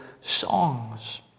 songs